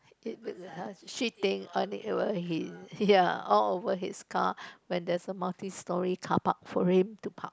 shitting on it yeah all over his car when there's a multi storey carpark for him to park